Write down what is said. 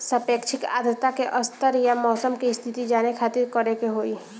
सापेक्षिक आद्रता के स्तर या मौसम के स्थिति जाने खातिर करे के होई?